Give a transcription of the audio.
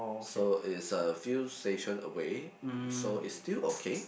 so it's a few station away so it's still okay